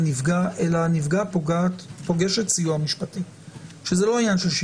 אם לא עומד לרשותן של הנפגעות סיוע משפטי.